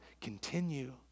Continue